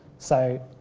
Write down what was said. so,